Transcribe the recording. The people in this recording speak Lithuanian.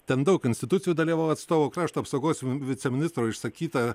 ten daug institucijų dalyvavo atstovų krašto apsaugos viceministro išsakyta